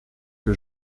que